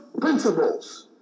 principles